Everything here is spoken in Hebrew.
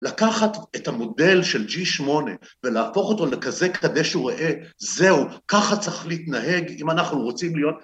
לקחת את המודל של G8 ולהפוך אותו ל״כזה קדש וראה״, זהו, ככה צריך להתנהג אם אנחנו רוצים להיות